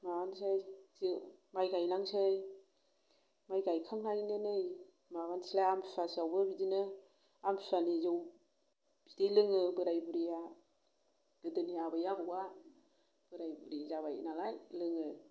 आमफ्राय माइ गायलांसै माइ गायखांनानै नै माबानसैलाय आमथिसुवा आवबो बिदिनो आमथिसुवानि जौ बिदै लोङो बोराय बुरिया गोदोनि आबै आबौवा बोराय बुरि जाबाय नालाय लोङो